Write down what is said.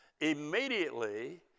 immediately